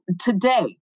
today